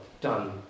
done